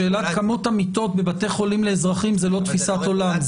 שאלת כמות המיטות בבתי-חולים לאזרחים זה לא תפיסת עולם,